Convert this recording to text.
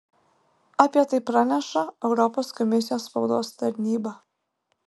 apie tai praneša europos komisijos spaudos tarnyba